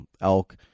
elk